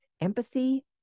empathy